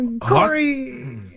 Corey